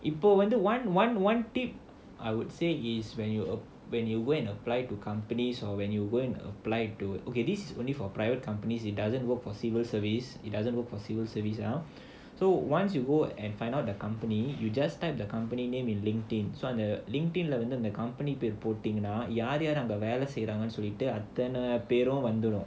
இப்போ வந்து:ippo vandhu one one one tip I would say is when you when you go and apply to companies or when you go and apply to okay this is only for private companies it doesn't work for civil service it doesn't work for civil service ah so once you go and find out the company you just type the company name in LinkedIn யார் யாரெல்லாம் அங்க வேல செய்றாங்கனு சொல்லிட்டு அத்தனை பேரும் அங்க வந்துடும்:yaar yaarellaam anga vela seiraanganu sollittu athana perum anga vandhudum